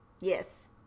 Yes